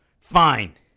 Fine